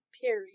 Period